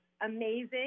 amazing